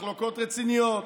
מחלוקות רציניות.